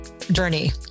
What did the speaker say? journey